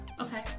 Okay